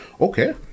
okay